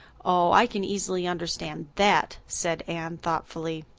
oh, i can easily understand that, said anne thoughtfully.